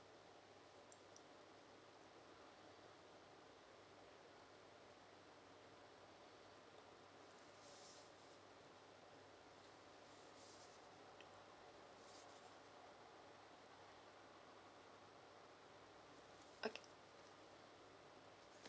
okay